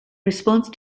response